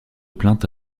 plainte